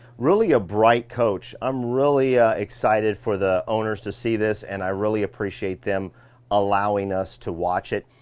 really a bright coach. i'm really, ah, excited for the owners to see this, and i really appreciate them allowing us to watch it.